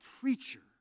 preacher